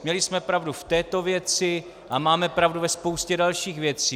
Měli jsme pravdu v této věci a máme pravdu ve spoustě dalších věcí.